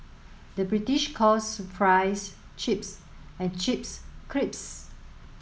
the British calls fries chips and chips crisps